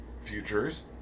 futures